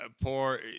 poor